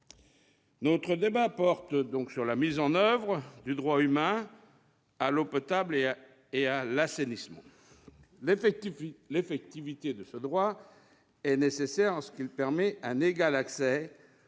Notre débat porte sur la mise en oeuvre du droit humain à l'eau potable et à l'assainissement. L'effectivité de ce droit est nécessaire pour permettre un égal accès